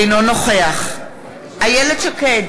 אינו נוכח איילת שקד,